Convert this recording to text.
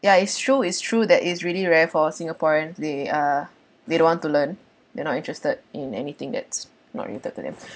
ya it's true it's true that it's really rare for singaporean they uh they don't want to learn they're not interested in anything that's not related to them